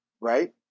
Right